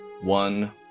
one